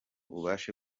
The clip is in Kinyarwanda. ubashe